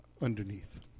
underneath